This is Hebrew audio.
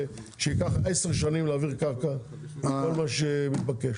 שייקח עשר שנים להעביר קרקע עם כל מה שמתבקש.